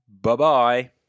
Bye-bye